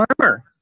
armor